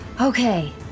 Okay